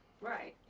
Right